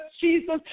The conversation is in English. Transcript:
Jesus